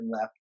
left